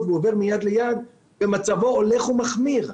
והוא עובר מיד ליד ומצבו הולך ומחמיר.